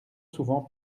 souvent